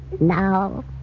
Now